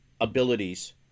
abilities